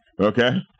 Okay